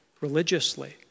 religiously